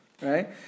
right